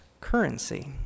currency